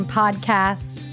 podcast